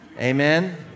Amen